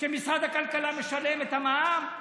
שמשרד הכלכלה משלם את המע"מ?